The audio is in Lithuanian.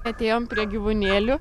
atėjom prie gyvūnėlių